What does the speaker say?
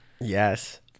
Yes